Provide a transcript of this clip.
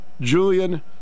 Julian